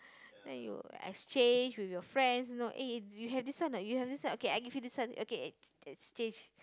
then you exchange with your friends you know eh you have this one or not you have this one okay I give you this one okay ex~ exchange